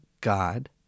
God